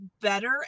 better